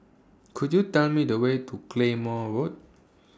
Could YOU Tell Me The Way to Claymore Road